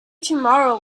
tomorrow